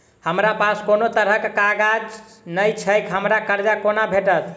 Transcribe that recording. हमरा पास कोनो तरहक कागज नहि छैक हमरा कर्जा कोना भेटत?